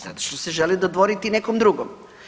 Zato što se žele dodvoriti nekom drugom.